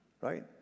Right